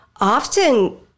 often